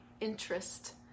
interest